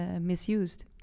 misused